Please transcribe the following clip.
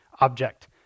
object